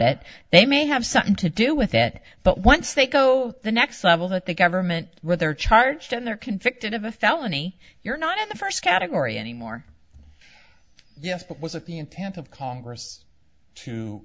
it they may have something to do with that but once they go the next level that the government where they're charged and they're convicted of a felony you're not in the first category anymore yes but was it the intent of congress to